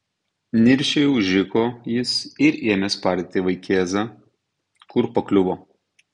niršiai užriko jis ir ėmė spardyti vaikėzą kur pakliuvo